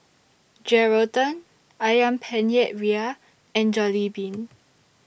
Geraldton Ayam Penyet Ria and Jollibean